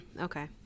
Okay